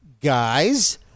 guys